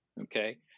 okay